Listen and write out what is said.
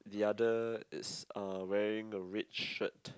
the other is uh wearing a red shirt